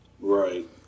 Right